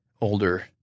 older